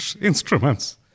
instruments